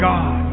God